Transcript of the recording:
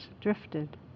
drifted